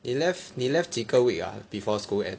你 left 你 left 几个 week ah before school end